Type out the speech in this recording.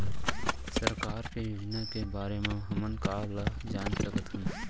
सरकार के योजना के बारे म हमन कहाँ ल जान सकथन?